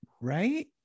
Right